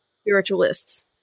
spiritualists